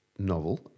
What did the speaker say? Novel